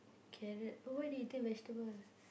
carrot oh why they eating vegetable